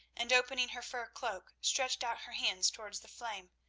and opening her fur cloak, stretched out her hands towards the flame,